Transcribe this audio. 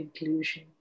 inclusion